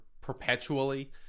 perpetually